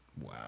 Wow